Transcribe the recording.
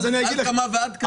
אדרבה ואדרבה.